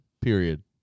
Period